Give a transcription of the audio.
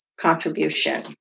contribution